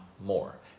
more